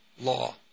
law